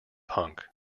punk